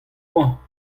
mañ